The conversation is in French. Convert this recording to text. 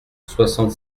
soixante